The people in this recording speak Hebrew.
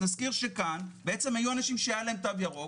נזכיר שכאן היו אנשים שהיה להם תו ירוק